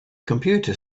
computer